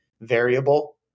variable